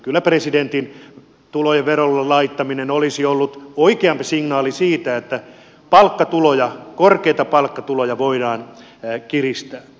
kyllä presidentin tulojen verolle laittaminen olisi ollut oikeampi signaali siitä että palkkatuloja korkeita palkkatuloja voidaan kiristää